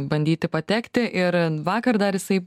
bandyti patekti ir vakar dar jisai